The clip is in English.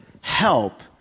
help